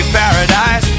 paradise